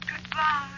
goodbye